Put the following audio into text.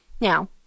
Now